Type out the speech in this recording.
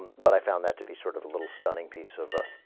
but i found that to be sort of a little stunning piece of ah.